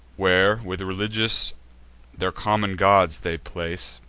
where, with religious their common gods they place.